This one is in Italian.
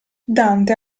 dante